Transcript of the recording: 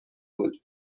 بود